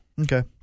Okay